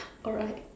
alright